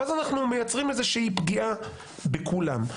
ואז אנחנו מייצרים איזושהי פגיעה בכולם.